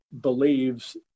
believes